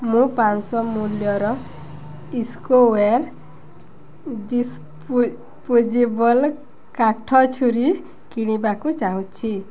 ମୁଁ ପାଞ୍ଚଶହ ମୂଲ୍ୟର ଇକୋୱେର୍ ଡିସ୍ ପୋଜେବଲ୍ କାଠ ଛୁରୀ କିଣିବାକୁ ଚାହୁଁଛି